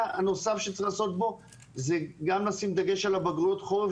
צריך גם לשים דגש על בגרויות חורף,